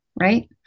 right